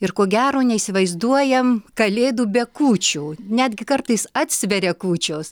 ir ko gero neįsivaizduojam kalėdų be kūčių netgi kartais atsveria kūčios